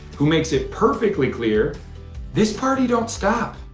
who makes it perfectly clear this party don't stop.